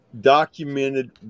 documented